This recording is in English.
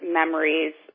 memories